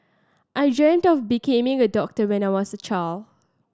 I dreamt of becoming a doctor when I was a child